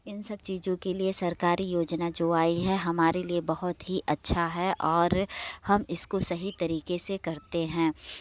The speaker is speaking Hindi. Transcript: इन सब चीज़ों के लिए सरकारी योजना जो आई है हमारे लिए बहुत ही अच्छा है और हम इसको सही तरीके से करते हैं